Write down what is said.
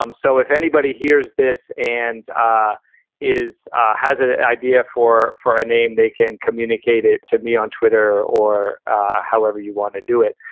um so if anybody hears this and ah is ah has an idea for for a name, they can communicate it to me on twitter or however you want to do it.